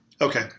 Okay